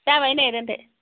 जाबाय नै दोनदो